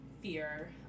fear